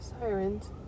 sirens